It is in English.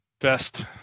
best